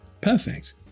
Perfect